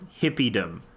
hippiedom